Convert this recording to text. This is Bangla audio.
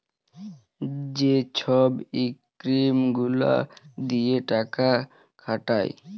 যে ছব ইস্কিম গুলা দিঁয়ে টাকা খাটায়